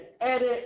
edit